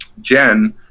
Jen